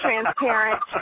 transparent